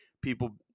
people